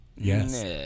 Yes